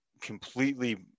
completely